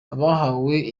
abahawe